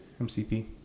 MCP